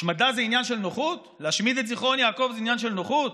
השמדה זה עניין של נוחות?